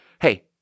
hey